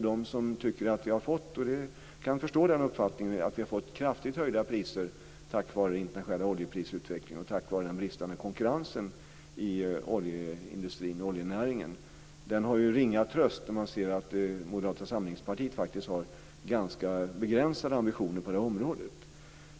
De som tycker att vi har fått, och jag kan förstå den uppfattningen, kraftigt höjda priser på grund av den internationella oljeprisutvecklingen och den bristande konkurrensen i oljeindustrin och oljenäringen, har ju ringa tröst när de ser att Moderata samlingspartiet faktiskt har ganska begränsade ambitioner på det här området.